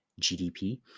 GDP